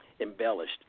embellished